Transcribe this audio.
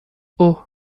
اوه